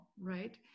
right